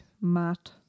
Matt